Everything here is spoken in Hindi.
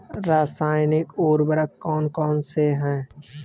रासायनिक उर्वरक कौन कौनसे हैं?